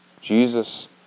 Jesus